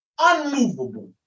Unmovable